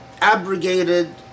abrogated